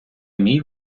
мій